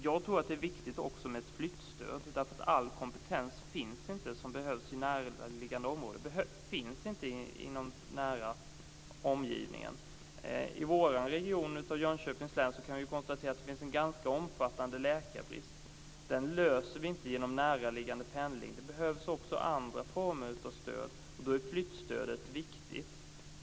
Jag tror också att det är viktigt med ett flyttstöd eftersom all kompetens som behövs inte finns i närliggande område. I vår region, Jönköpings län, kan jag konstatera att det finns en ganska omfattande läkarbrist. Den kommer vi inte till rätta med genom pendling till näraliggande platser. Det behövs också andra former av stöd. Då är flyttstödet viktigt.